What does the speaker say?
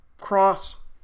cross